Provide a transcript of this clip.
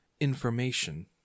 information